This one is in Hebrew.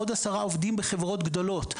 עוד 10 עובדים בחברות גדולות: